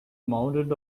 mounted